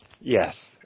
Yes